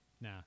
Nah